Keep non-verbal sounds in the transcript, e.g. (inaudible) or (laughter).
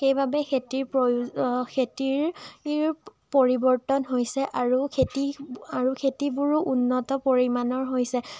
সেইবাবে খেতিৰ (unintelligible) খেতিৰ পৰিবৰ্তন হৈছে আৰু খেতিৰ (unintelligible) আৰু খেতিবোৰো উন্নত পৰিমাণৰ হৈছে